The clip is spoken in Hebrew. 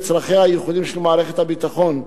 צרכיה הייחודיים של מערכת הביטחון,